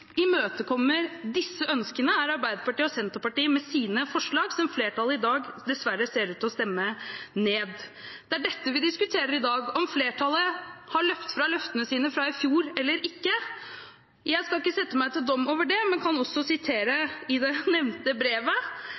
imøtekommer disse ønskene, er Arbeiderpartiet og Senterpartiet med sine forslag, som flertallet i dag dessverre ser ut til å stemme ned. Det er dette vi diskuterer i dag, om flertallet har løpt fra løftene sine fra i fjor eller ikke. Jeg skal ikke sette meg til doms over det, men jeg kan referere fra det nevnte brevet: